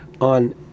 on